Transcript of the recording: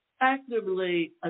actively